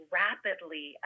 rapidly